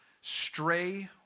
stray